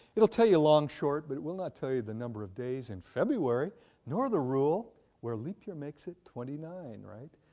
it'll tell you long short but it will not tell you the number of days in february nor the rule where leap year makes it twenty nine.